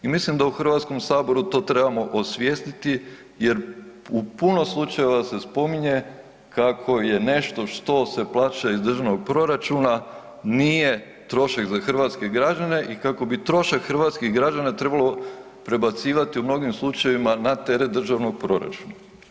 I mislim da u HS to trebamo osvijestiti jer u puno slučajeva se spominje kako je nešto što se plaća iz državnog proračuna nije trošak za hrvatske građane i kako bi trošak hrvatskih građana trebalo prebacivati u mnogim slučajevima na teret državnog proračuna.